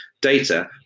data